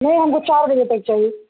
نہیں ہم کو چار بجے تک چاہیے